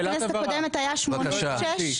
בכנסת הקודמת היה שמונה-שש?